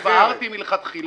בכוונה נזהרתי מלכתחילה.